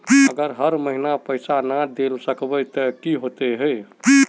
अगर हर महीने पैसा ना देल सकबे ते की होते है?